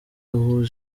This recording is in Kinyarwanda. rouge